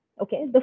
Okay